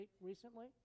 recently